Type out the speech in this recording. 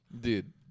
Dude